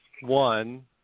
One